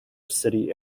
city